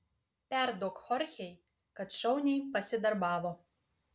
perduok chorchei kad šauniai pasidarbavo